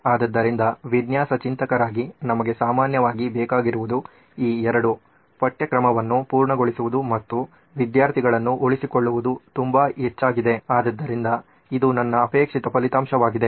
ಆದ್ದರಿಂದ ವಿನ್ಯಾಸ ಚಿಂತಕರಾಗಿ ನಮಗೆ ಸಾಮಾನ್ಯವಾಗಿ ಬೇಕಾಗಿರುವುದು ಈ ಎರಡು ಪಠ್ಯಕ್ರಮವನ್ನು ಪೂರ್ಣಗೊಳಿಸುವುದು ಮತ್ತು ವಿದ್ಯಾರ್ಥಿಗಳನ್ನು ಉಳಿಸಿಕೊಳ್ಳುವುದು ತುಂಬಾ ಹೆಚ್ಚಾಗಿದೆ ಆದ್ದರಿಂದ ಇದು ನನ್ನ ಅಪೇಕ್ಷಿತ ಫಲಿತಾಂಶವಾಗಿದೆ